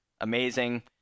amazing